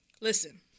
listen